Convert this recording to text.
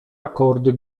akordy